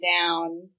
down